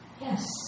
Yes